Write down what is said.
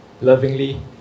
lovingly